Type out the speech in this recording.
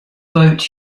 boat